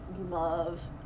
love